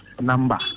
number